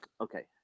okay